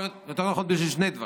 יותר נכון בשביל שני דברים: